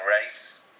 race